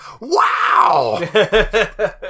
wow